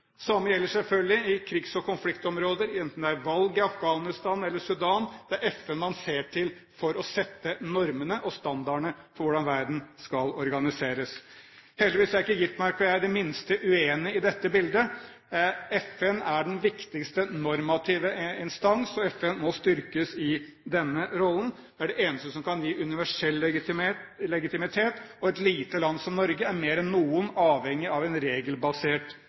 gjelder selvfølgelig i krigs- og konfliktområder, enten det er valg i Afghanistan eller Sudan. Det er FN man ser til for å sette normene og standardene for hvordan verden skal organiseres. Heldigvis er ikke Skovholt Gitmark og jeg det minste uenig i dette bildet. FN er den viktigste normative instans, og FN må styrkes i denne rollen. Det er det eneste som kan gi universell legitimitet. Og et lite land som Norge er mer enn noen avhengig av en regelbasert